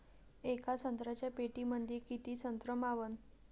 येका संत्र्याच्या पेटीमंदी किती संत्र मावन?